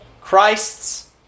Christ's